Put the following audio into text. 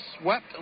swept